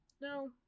no